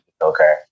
Okay